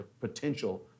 potential